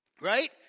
Right